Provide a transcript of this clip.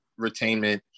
retainment